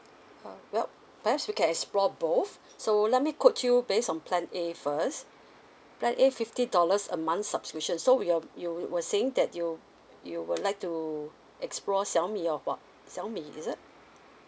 uh well perhaps we can explore both so let me quote you base on plan A first plan A fifty dollars a month subscription so we uh you were saying that you you will like to explore Xiaomi or what Xiaomi is it